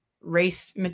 race